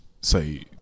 say